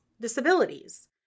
disabilities